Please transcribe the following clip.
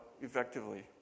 effectively